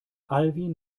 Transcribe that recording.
alwin